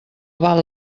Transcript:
val